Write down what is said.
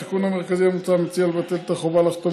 התיקון המרכזי המוצע מציע לבטל את החובה לחתום